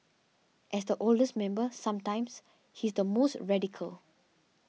as the oldest member sometimes he's the most radical